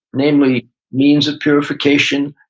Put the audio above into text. namely means of purification,